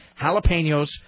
jalapenos